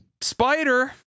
Spider